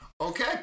okay